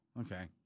okay